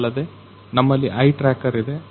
ಇದಲ್ಲದೆ ನಮ್ಮಲ್ಲಿ eye tracker ಇದೆ